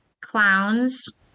clowns